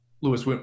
Lewis